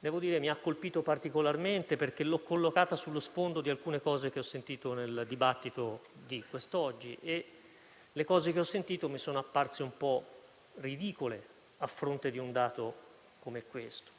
mi ha colpito particolarmente, perché l'ho collocata sullo sfondo di alcune cose che ho sentito nel dibattito di quest'oggi, che mi sono apparse un po' ridicole a fronte di un dato come questo.